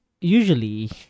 Usually